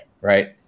right